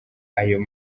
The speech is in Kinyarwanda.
ayo